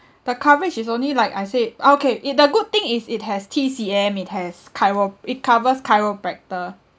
the coverage is only like I say okay it the good thing is it has T_C_M it has chiro it covers chiropractor